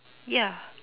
ya